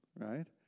right